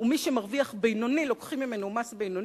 ומי שמרוויח בינוני לוקחים ממנו מס בינוני,